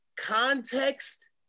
context